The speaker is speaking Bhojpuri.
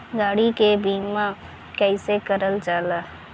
गाड़ी के बीमा कईसे करल जाला?